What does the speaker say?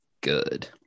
good